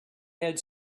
had